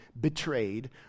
betrayed